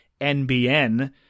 NBN